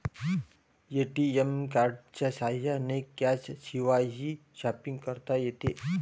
ATM कार्डच्या साह्याने कॅशशिवायही शॉपिंग करता येते